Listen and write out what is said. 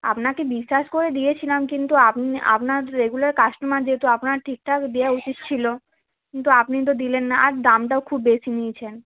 আপনাকে বিশ্বাস করে দিয়েছিলাম কিন্তু আপনি আপনার রেগুলার কাস্টমার যেহেতু আপনার ঠিকঠাক দেয়া উচিত ছিলো কিন্তু আপনি তো দিলেন না আর দামটাও খুব বেশি নিয়েছেন